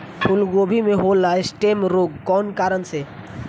फूलगोभी में होला स्टेम रोग कौना कारण से?